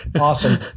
Awesome